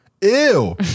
Ew